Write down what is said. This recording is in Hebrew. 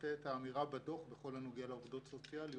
מבטא את האמירה בדוח בכל הנוגע לעובדות סוציאליות.